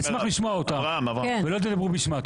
אני אשמח לשמוע אותה ולא תדברו בשמה.